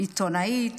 לקריאה